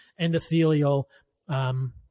endothelial